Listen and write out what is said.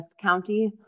county